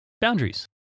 boundaries